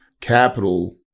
capital